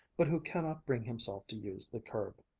but who cannot bring himself to use the curb.